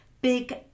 big